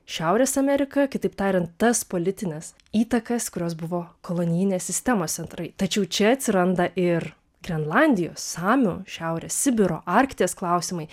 šiaurės ameriką kitaip tariant tas politines įtakas kurios buvo kolonijinės sistemos centrai tačiau čia atsiranda ir grenlandijos samių šiaurės sibiro arkties klausimai